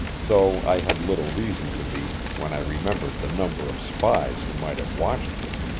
though i had little reason to be when i remembered the number of spies who might have watched me.